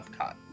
epcot